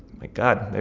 my god,